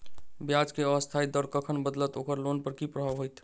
ब्याज केँ अस्थायी दर कखन बदलत ओकर लोन पर की प्रभाव होइत?